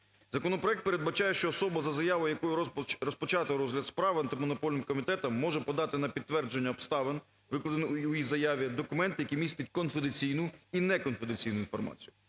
Законопроект передбачає, що особа, за заявою якої розпочато розгляд справи Антимонопольним комітетом, може подати на підтвердження обставин, викладених у її заяві документ, який містить конфіденційну і неконфіденційну інформацію.